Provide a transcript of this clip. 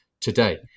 today